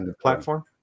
platform